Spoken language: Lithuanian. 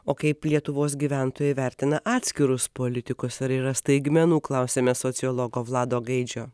o kaip lietuvos gyventojai vertina atskirus politikus ar yra staigmenų klausiame sociologo vlado gaidžio